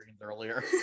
earlier